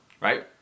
right